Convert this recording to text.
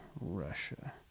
Russia